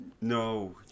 no